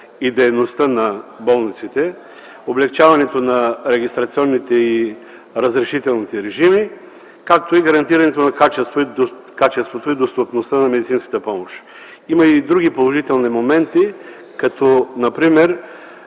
и дейността на болниците, облекчаването на регистрационните и разрешителните режим, както и гарантирането на качеството и достъпността на медицинската помощ. Има и други положителни моменти, като например